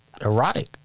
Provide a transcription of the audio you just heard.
erotic